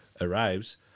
arrives